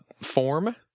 form